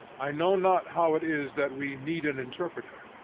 i know not how it is that we need an interpreter,